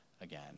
again